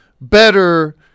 better